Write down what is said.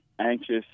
anxious